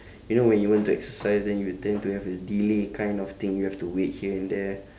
you know when you want to exercise then you tend to have the delay kind of thing you have to wait here and there